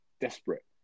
desperate